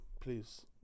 please